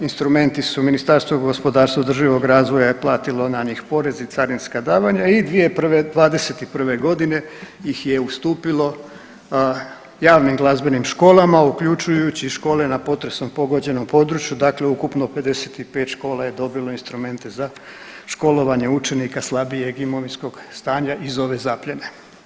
Instrumenti su Ministarstvo gospodarstva i održivog razvoja je platilo na njih porez i carinska davanja i 2001., '21. godine ih je ustupilo javnim glazbenim školama uključujući škole na potresom pogođenom području dakle ukupno 55 škola je dobilo instrumente za školovanje učenika slabijeg imovinskog stanja iz ove zapljene.